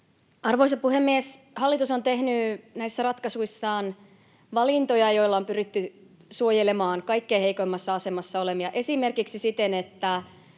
Arvoisa puhemies! Hallitus on tehnyt näissä ratkaisuissaan valintoja, joilla on pyritty suojelemaan kaikkein heikoimmassa asemassa olevia, esimerkiksi siten, että